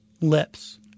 lips